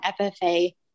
FFA